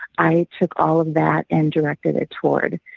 i took all of that and directed it toward